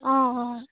অঁ হয়